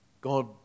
God